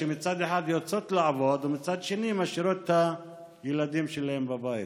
שמצד אחד יוצאות לעבוד ומצד שני משאירות את הילדים שלהן בבית.